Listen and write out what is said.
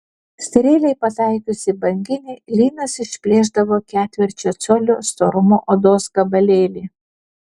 strėlei pataikius į banginį lynas išplėšdavo ketvirčio colio storumo odos gabalėlį